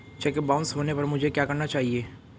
Check bounce होने पर मुझे क्या करना चाहिए?